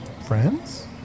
friends